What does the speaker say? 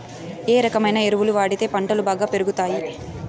ఏ రకమైన ఎరువులు వాడితే పంటలు బాగా పెరుగుతాయి?